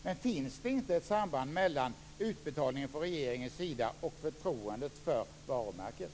Men finns det inte ett samband mellan utbetalningen från regeringens sida och förtroendet för varumärket?